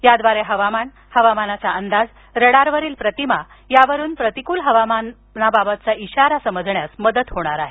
याद्वारे हवामान हवामानाचा अंदाज रडारवरील प्रतिमा यावरून प्रतिकूल हवामानाबाबतचा इशारा समजण्यास मदत होणार आहे